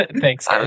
Thanks